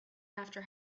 after